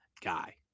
guy